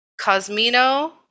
Cosmino